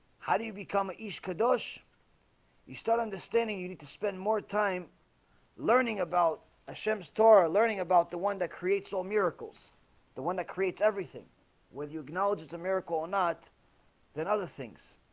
how do you become an east kadosh you start understanding you need to spend more time learning about a shems torah learning about the one that creates all miracles the one that creates everything whether you acknowledge it's a miracle or not than other things.